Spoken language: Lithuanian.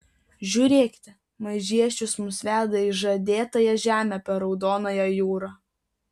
žiūrėkite maižiešius mus veda į žadėtąją žemę per raudonąją jūrą